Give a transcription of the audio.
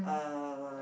uh